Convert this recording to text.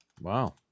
Wow